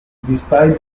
despite